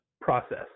process